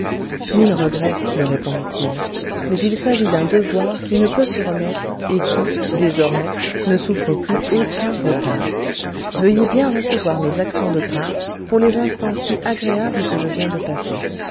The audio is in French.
mille regrets me répondit-il mais il s'agit d'un devoir qui ne peut se remettre et qui désormais ne souffre plus aucun retard veuillez bien recevoir mes actions de grâces pour les instants si agréables que je viens de passer